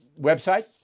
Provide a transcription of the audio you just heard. website